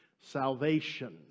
salvation